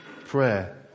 prayer